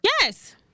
Yes